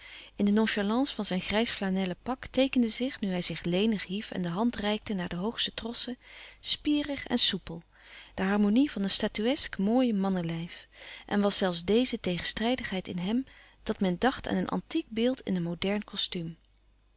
in de nonchalance van zijn grijs flanellen pak teekende zich nu hij zich lenig hief en de hand reikte naar de hoogste trossen spierig en soupel de harmonie van een statuesk mooi mannelijf en was zelfs deze tegenstrijdigheid in hem dat men dacht aan een antiek beeld in een modern kostuum